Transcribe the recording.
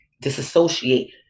disassociate